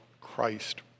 Christ